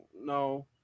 no